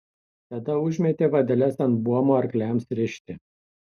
tada užmetė vadeles ant buomo arkliams rišti